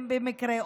במקרה,